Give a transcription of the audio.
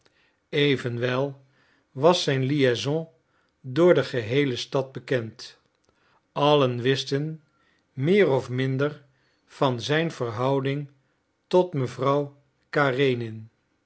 evenwel was zijn liaison door de geheele stad bekend allen wisten meer of minder van zijn verhouding tot mevrouw